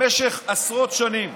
במשך עשרות שנים